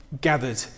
gathered